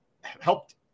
helped